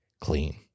clean